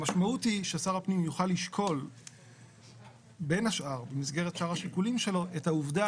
המשמעות היא ששר הפנים יוכל לשקול במסגרת שאר השיקולים שלו את העובדה